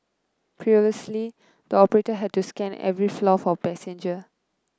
previously the operator had to scan every floor for passengers